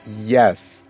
Yes